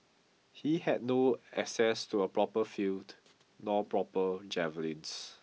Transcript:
he had no access to a proper field nor proper javelins